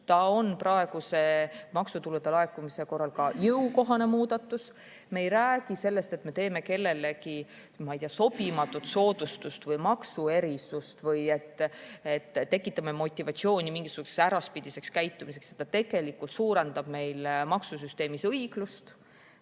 ja praeguse maksutulude laekumise korral ka jõukohane muudatus. Me ei räägi sellest, et me teeme kellelegi sobimatut soodustust või maksuerisust või tekitame motivatsiooni mingisuguseks äraspidiseks käitumiseks. Tegelikult see suurendab õiglust meie maksusüsteemis.